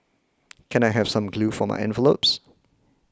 can I have some glue for my envelopes